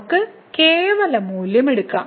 നമുക്ക് കേവല മൂല്യം എടുക്കാം